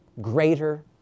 greater